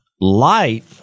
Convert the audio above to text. Light